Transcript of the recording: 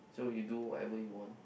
so you do whatever you want